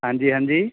ਹਾਂਜੀ ਹਾਂਜੀ